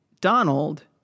Donald